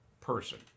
person